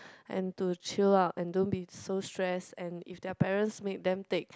and to chill lah and don't be so stress and if their parents make them take